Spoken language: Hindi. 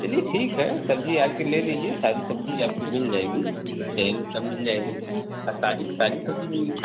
चलिए ठीक है सब्ज़ी आकर ले लीजिए सारी सब्ज़ी आपकी मिल जाएगी जो चाहिए सब मिल जाएगी और ताज़ी ताज़ी सब्ज़ी मिलेगी